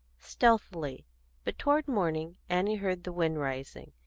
stealthily but toward morning annie heard the wind rising,